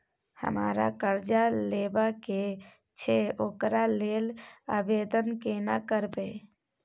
हमरा कर्जा लेबा के छै ओकरा लेल आवेदन केना करबै?